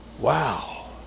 Wow